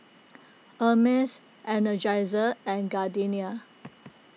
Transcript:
Hermes Energizer and Gardenia